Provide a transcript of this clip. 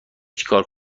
چیکار